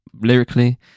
lyrically